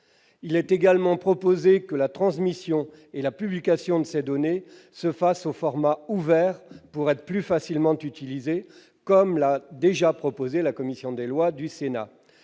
Il est également proposé que la transmission et la publication de ces données se fassent au format ouvert pour être plus facilement utilisées, comme l'a déjà proposé la commission des lois.